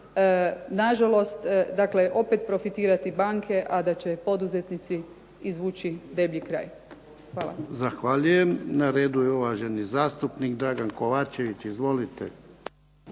nažalost dakle opet profitirati banke a da će poduzetnici izvući deblji kraj. Hvala. **Jarnjak, Ivan (HDZ)** Zahvaljujem. Na redu je uvaženi zastupnik Dragan Kovačević. Izvolite.